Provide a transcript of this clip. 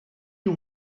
you